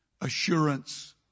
assurance